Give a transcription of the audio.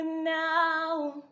now